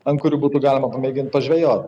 ant kurių būtų galima pamėgint pažvejot